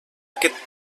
aquest